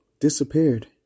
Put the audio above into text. Disappeared